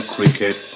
Cricket